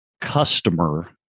customer